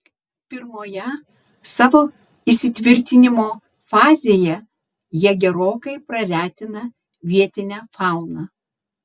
pirmoje savo įsitvirtinimo fazėje jie gerokai praretina vietinę fauną